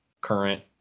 current